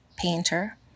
painter